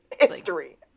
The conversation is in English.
History